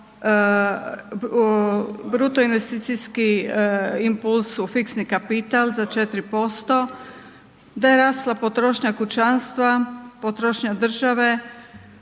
bruto investicijski impuls u fiksni kapital za 4%, da je rasla potrošnja kućanstva potrošnja države,